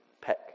peck